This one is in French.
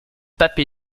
pape